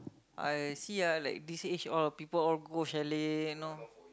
I see ah like this age all people all go chalet you know